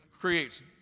creates